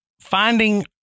finding